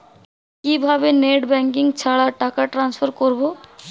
কিভাবে net banking ছাড়া টাকা টান্সফার করব?